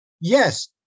Yes